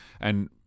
And-